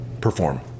perform